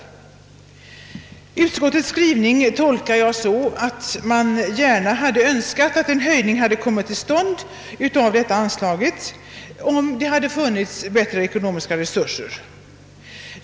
Utskottets skrivning tolkar jag så att det gärna hade önskat att en höjning hade kommit till stånd av detta anslag, om bättre ekonomiska resurser hade funnits.